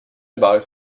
about